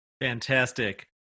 Fantastic